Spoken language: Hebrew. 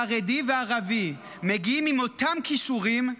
חרדי וערבי מגיעים עם אותם כישורים,